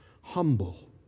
Humble